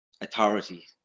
authority